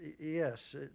yes